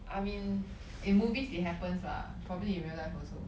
I mean in movies it happens lah probably in real life also